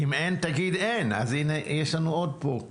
אם אין, תגיד אין, אז הינה, יש לנו פה עוד כשל.